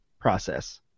process